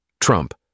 Trump